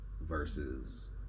versus